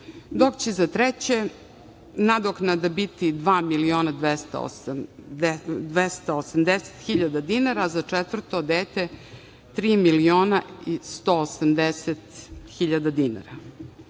dok će za treće nadoknada biti dva miliona 280 hiljada dinara a za četvrto dete tri miliona i 180 hiljada